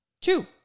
Two